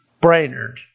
Brainerd